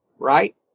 Right